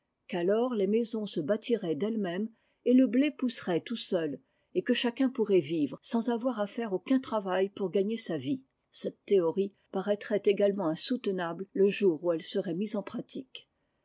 qu'alors les maisons se bâtiraient d'ellesmêmes et le blé pousserait tout seul et que chacun pourrait vivre sans avoir à faire aucun travail pour gagner sa vie cette théorie paraîtrait également insoutenable le jour où elle serait mise en pratique